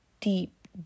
deep